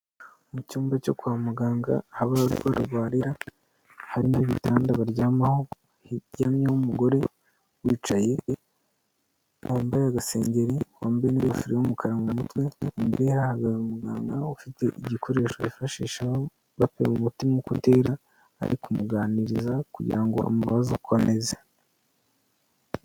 Mu cyumba cyo kwa muganga aho abarwayi barwarira harimo ibitanda baryamaho kiryamyeho umugore wicaye wambaye agaserengeri wambaye n'ingofero mu mutwe, imbere ye hahagaze umuganga ufite igikoresho bifashsha bapima umutima uko utera. Bari kumuganiriza kugira ngo bamubaza uko ameze.